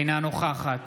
אינה נוכחת